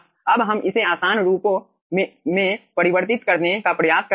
अब हम इसे आसान रूपों में परिवर्तित करने का प्रयास करते हैं